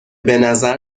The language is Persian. بنظر